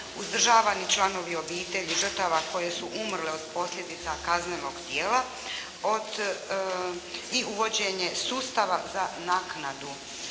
Uzdržavani članovi obitelji žrtava koje su umrle od posljedica kaznenog djela i uvođenje sustava za naknadu